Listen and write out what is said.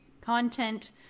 content